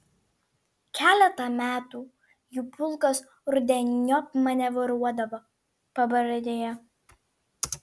keletą metų jų pulkas rudeniop manevruodavo pabradėje